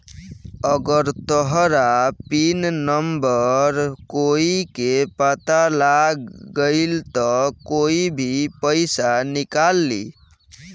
अगर तहार pin number कोई के पता लाग गइल त कोई भी पइसा निकाल ली